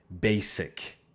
basic